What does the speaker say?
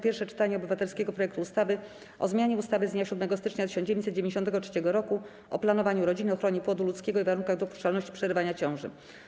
Pierwsze czytanie obywatelskiego projektu ustawy o zmianie ustawy z dnia 7 stycznia 1993 r. o planowaniu rodziny, ochronie płodu ludzkiego i warunkach dopuszczalności przerywania ciąży.